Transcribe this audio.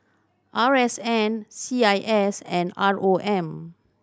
R S N C I S and R O M